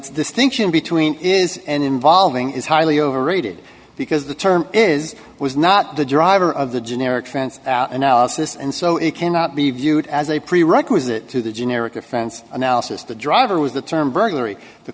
distinction between is and involving is highly overrated because the term is was not the driver of the generic france out analysis and so it cannot be viewed as a prerequisite to the generic offense analysis the driver was the term burglary the